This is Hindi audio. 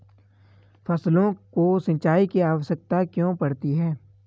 फसलों को सिंचाई की आवश्यकता क्यों पड़ती है?